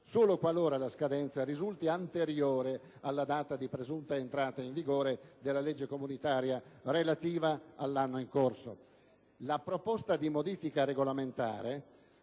solo qualora la scadenza risulti anteriore alla data di presunta entrata in vigore della legge comunitaria relativa all'anno in corso». La proposta di modifica regolamentare